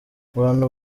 abantu